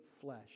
flesh